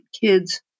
kids